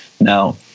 Now